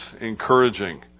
encouraging